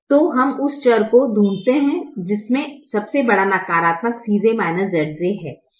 तो हम उस चर को ढूढते हैं जिसमें सबसे बड़ा सकारात्मक Cj Zj है